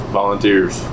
volunteers